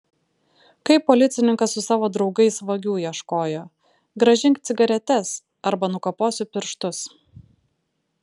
kaip policininkas su savo draugais vagių ieškojo grąžink cigaretes arba nukaposiu pirštus